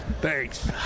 Thanks